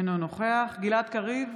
אינו נוכח גלעד קריב,